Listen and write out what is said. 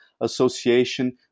Association